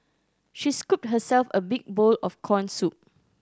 she scooped herself a big bowl of corn soup